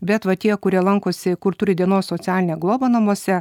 bet va tie kurie lankosi kur turi dienos socialinę globą namuose